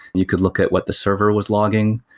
you could look at what the server was logging.